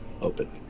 Open